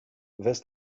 vés